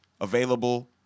available